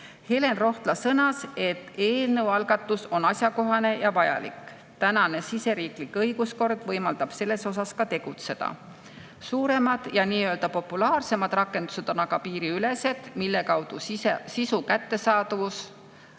Helen Rohtla sõnas, et eelnõu algatus on asjakohane ja vajalik, siseriiklik õiguskord võimaldab selles osas ka tegutseda. Suuremad ja nii-öelda populaarsemad rakendused, mille kaudu sisu kättesaadavaks